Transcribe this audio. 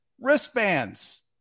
wristbands